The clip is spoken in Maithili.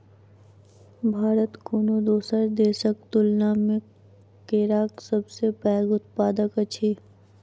भारत कोनो दोसर देसक तुलना मे केराक सबसे पैघ उत्पादक अछि